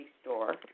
store